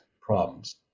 problems